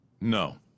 No